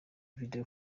video